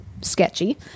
sketchy